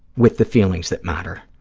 with the feelings that matter.